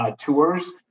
tours